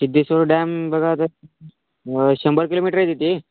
Siddheshwar dam बघा तर शंभर किलोमीटर आहे तिथे